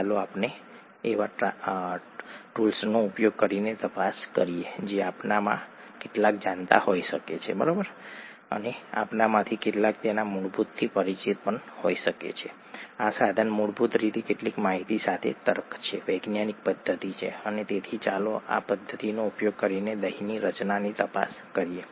ચાલો આપણે એવા ટૂલ્સનો ઉપયોગ કરીને તપાસ કરીએ જે આપણામાંના કેટલાક જાણતા હોઈ શકે છે અને આપણામાંથી કેટલાક તેના મૂળભૂતથી પરિચિત હોઈ શકે છે આ સાધન મૂળભૂત રીતે કેટલીક માહિતી સાથે તર્ક છે વૈજ્ઞાનિક પદ્ધતિ છે અને તેથી ચાલો આ પદ્ધતિનો ઉપયોગ કરીને દહીંની રચનાની તપાસ કરીએ